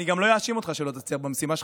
אני גם לא אאשים אותך שלא תצליח במשימה,